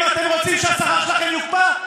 אם אתם רוצים שהשכר שלכם יוקפא,